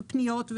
פניות,